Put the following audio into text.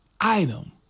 item